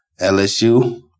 LSU